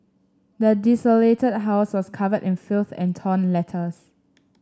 the desolated house was covered in filth and torn letters